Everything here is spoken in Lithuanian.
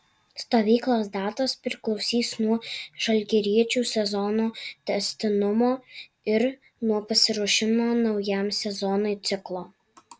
stovyklos datos priklausys nuo žalgiriečių sezono tęstinumo ir nuo pasiruošimo naujam sezonui ciklo